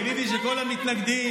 גיליתי שלכל המתנגדים,